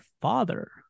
father